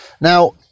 Now